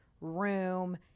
room